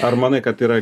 ar manai kad tai yra